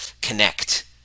connect